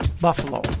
Buffalo